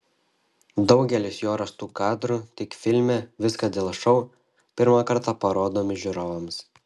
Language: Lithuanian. daugelis jo rastų kadrų tik filme viskas dėl šou pirmą kartą parodomi žiūrovams